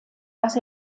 dass